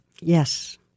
Yes